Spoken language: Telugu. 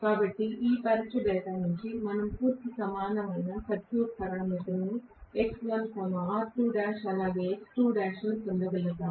కాబట్టి ఈ పరీక్ష డేటా నుండి మనం పూర్తి సమానమైన సర్క్యూట్ పారామితులను X1 అలాగే ను పొందగలుగుతాను